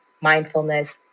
mindfulness